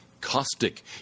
Caustic